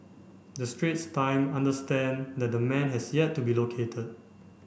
the Straits Time understand that the man has yet to be located